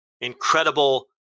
incredible